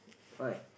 why